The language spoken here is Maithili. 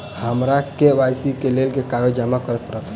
हमरा के.वाई.सी केँ लेल केँ कागज जमा करऽ पड़त?